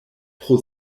pro